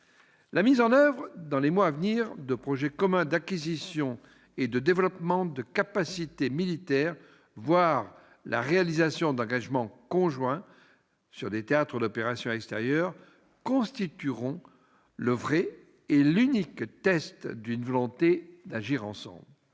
La mise en oeuvre, dans les mois à venir, de projets communs d'acquisition et de développement de capacités militaires, voire la réalisation d'engagements conjoints sur des théâtres d'opérations extérieures, constitueront le vrai et l'unique test d'une volonté d'agir ensemble.